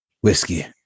Whiskey